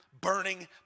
burning